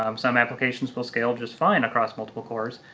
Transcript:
um some applications will scale just fine across multiple cores.